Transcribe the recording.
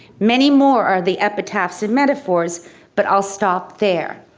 many more are the epitaphs and metaphors but i'll stop there.